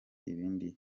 ibindi